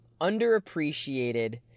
underappreciated